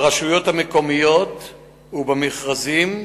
ברשויות המקומיות ובמכרזים.